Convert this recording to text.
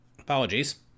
Apologies